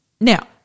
Now